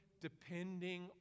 depending